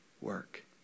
work